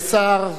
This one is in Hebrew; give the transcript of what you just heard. ה'